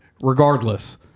regardless